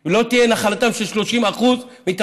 והיא לא תהיה נחלתם של 30% מהתלמידים.